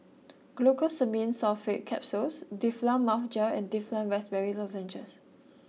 Glucosamine Sulfate Capsules Difflam Mouth Gel and Difflam Raspberry Lozenges